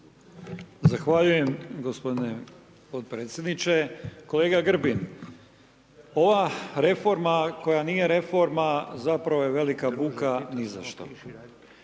Zahvaljujem gospodine potpredsjedniče. Kolega Grbin, ova reforma koja nije reforma zapravo je velika buka ni zašto.